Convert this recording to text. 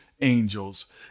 angels